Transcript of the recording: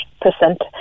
percent